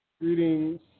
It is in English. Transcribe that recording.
greetings